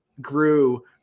grew